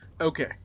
Okay